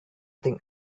think